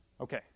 Okay